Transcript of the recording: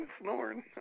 Snoring